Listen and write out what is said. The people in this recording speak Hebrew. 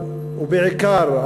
ובעיקר,